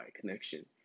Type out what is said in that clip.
connection